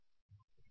അതാണ് പറയുന്നത്